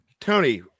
Tony